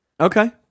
Okay